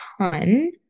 ton